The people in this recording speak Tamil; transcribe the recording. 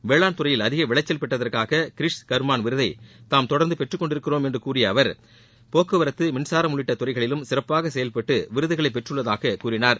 வேளாண் துறையில் அதிக விளைச்சல் பெற்றதற்காக கிரிஷ் கர்மான் விருதை தாம் தொடர்ந்து பெற்றுக் கொண்டிருக்கிறோம் என்று கூறிய அவர் போக்குவரத்து மின்சாரம் உள்ளிட்ட துறைகளிலும் சிறப்பாக செயல்பட்டு விருதுகளை பெற்றுள்ளதாக கூறினார்